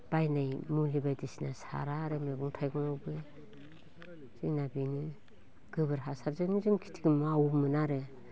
बायनाय मुलि बायदिसिना सारा आरो मैगंं थाइगंबो जोंना बेनो गोबोर हासारजों जों खिथिखो मावोमोन आरो